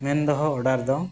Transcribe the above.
ᱢᱮᱱ ᱫᱚᱦᱚ ᱚᱰᱟᱨ ᱫᱚ